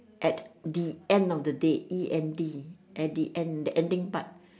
at the end of the day E N D at the end ending part